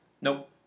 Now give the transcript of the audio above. Nope